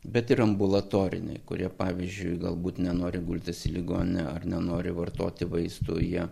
bet ir ambulatoriniai kurie pavyzdžiui galbūt nenori gultis į ligoninę ar nenori vartoti vaistų jie